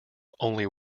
only